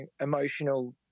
emotional